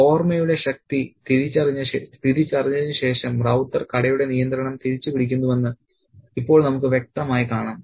ഓർമയുടെ ശക്തി തിരിച്ചറിഞ്ഞതിനുശേഷം റൌത്തർ കടയുടെ നിയന്ത്രണം തിരിച്ചുപിടിക്കുന്നുവെന്ന് ഇപ്പോൾ നമുക്ക് വ്യക്തമായി കാണാം